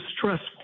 stressful